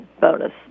bonus